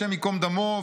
השם יקום דמו,